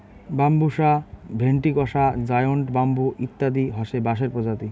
Bambusa ventricosa, giant bamboo ইত্যাদি হসে বাঁশের প্রজাতি